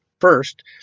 First